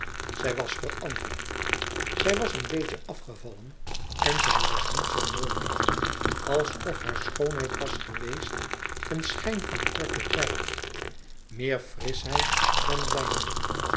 zij was veranderd zij was een beetje afgevallen en zij was niet zoo mooi meer alsof haar schoonheid was geweest een schijn van korten tijd meer frischheid dan lijn